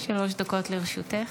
בבקשה, שלוש דקות לרשותך.